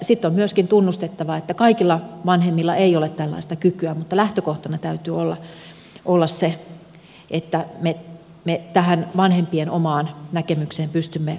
sitten on myöskin tunnustettava että kaikilla vanhemmilla ei ole tällaista kykyä mutta lähtökohtana täytyy olla se että me tähän vanhempien omaan näkemykseen pystymme luottamaan